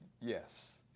yes